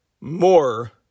more